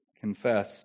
confess